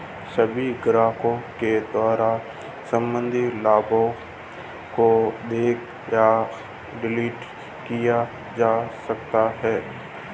सभी ग्राहकों के द्वारा सम्बन्धित लाभार्थी को देखा एवं डिलीट किया जा सकता है